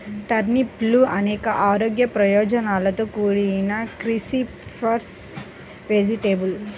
టర్నిప్లు అనేక ఆరోగ్య ప్రయోజనాలతో కూడిన క్రూసిఫరస్ వెజిటేబుల్